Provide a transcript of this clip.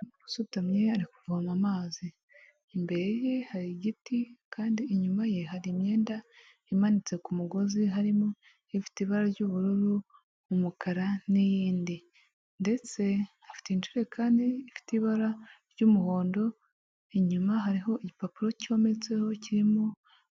Umuntu usutamye ari kuvoma amazi, imbere ye hari igiti, kandi inyuma ye hari imyenda imanitse k'umugozi harimo ifite ibara ry'ubururu, umukara, n'iyindi, ndetse afite ijerekani kandi ifite ibara ry'umuhondo inyuma hariho igipapuro cyometseho kirimo